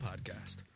podcast